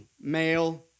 male